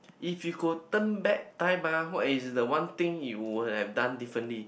if you could turn back time ah what is the one thing you would have done differently